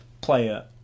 player